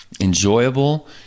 enjoyable